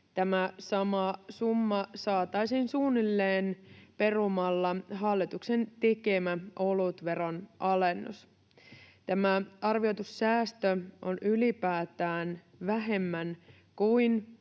Tämä sama summa saataisiin suunnilleen perumalla hallituksen tekemä olutveron alennus. Tämä arvioitu säästö on ylipäätään vähemmän kuin